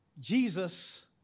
Jesus